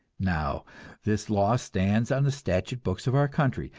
now this law stands on the statute books of our country,